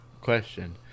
Question